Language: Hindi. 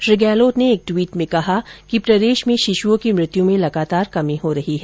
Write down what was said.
श्री गहलोत ने एक ट्वीट में कहा कि प्रदेश में शिशुओं की मृत्यू में लगातार कमी हो रही है